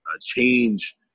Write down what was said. change